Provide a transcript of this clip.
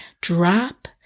Drop